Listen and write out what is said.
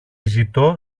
ζητώ